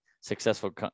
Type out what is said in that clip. successful